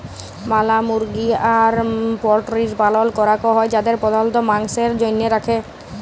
ম্যালা মুরগি আর পল্ট্রির পালল ক্যরাক হ্যয় যাদের প্রধালত মাংসের জনহে রাখে